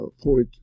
point